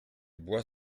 boit